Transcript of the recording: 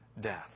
death